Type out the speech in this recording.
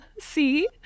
See